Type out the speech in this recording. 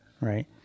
Right